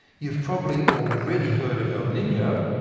you've probably already heard of el nino,